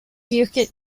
bukit